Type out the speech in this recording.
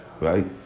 Right